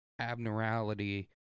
abnormality